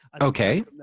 Okay